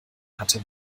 hatte